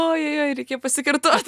ojojoi reikia pasikartot